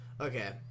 okay